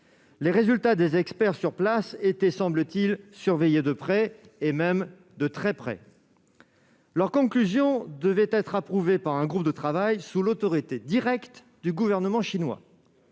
Les résultats des experts sur place étaient, semble-t-il, surveillés de près, même de très près ; leurs conclusions devaient être approuvées par un groupe de travail, sous l'autorité directe du gouvernement chinois